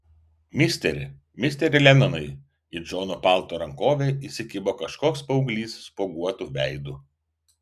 misteri misteri lenonai į džono palto rankovę įsikibo kažkoks paauglys spuoguotu veidu